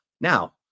Now